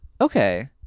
Okay